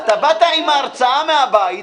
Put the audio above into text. באת עם ההרצאה מהבית.